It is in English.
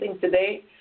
today